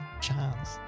chance